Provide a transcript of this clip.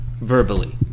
Verbally